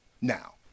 Now